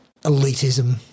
elitism